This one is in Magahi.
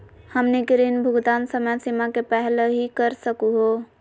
हमनी के ऋण भुगतान समय सीमा के पहलही कर सकू हो?